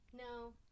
No